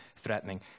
threatening